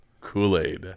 Kool-Aid